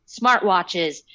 smartwatches